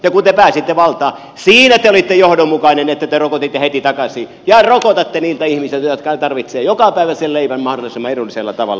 ja kun te pääsitte valtaan siinä te olitte johdonmukainen että te rokotitte heti takaisin ja rokotatte niiltä ihmisiltä jotka tarvitsevat jokapäiväisen leivän mahdollisimman edullisella tavalla